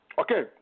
Okay